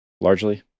Largely